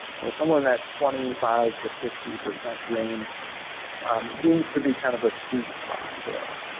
so somewhere in that twenty five fifty percent range seems to be kind of a sweet spot for us.